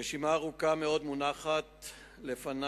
רשימה ארוכה מאוד מונחת לפני,